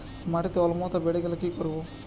মাটিতে অম্লত্ব বেড়েগেলে কি করব?